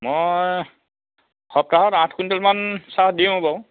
মই সপ্তাহত আঠ কুইণ্টেলমান চাহ দিওঁ বাৰু